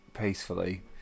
peacefully